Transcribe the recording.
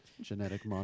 Genetic